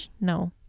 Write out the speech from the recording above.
No